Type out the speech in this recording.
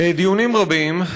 בדיונים רבים,